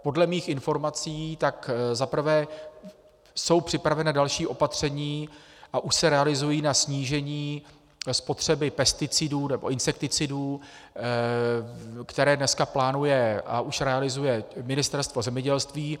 Podle mých informací tak za prvé jsou připravena další opatření, a už se realizují, na snížení spotřeby pesticidů nebo insekticidů, které dneska plánuje a už realizuje Ministerstvo zemědělství.